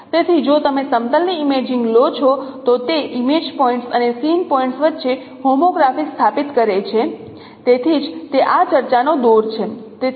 તેથી જો તમે સમતલની ઇમેજિંગ લો છો તો તે ઇમેજ પોઇન્ટ્સ અને સીન પોઇન્ટ્સ વચ્ચે હોમોગ્રાફી સ્થાપિત કરે છે તેથી જ તે આ ચર્ચાનો દોર છે